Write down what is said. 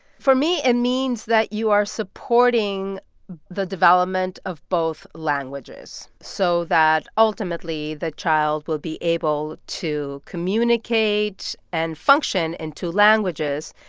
for me, it means that you are supporting the development of both languages so that ultimately, the child will be able to communicate and function in two languages.